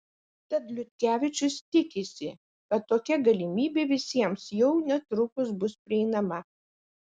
tad liutkevičius tikisi kad tokia galimybė visiems jau netrukus bus prieinama